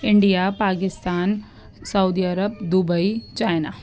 India Pakistan Saudi Arabia Dubai China